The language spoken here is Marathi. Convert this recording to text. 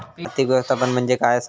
आर्थिक व्यवस्थापन म्हणजे काय असा?